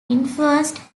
influenced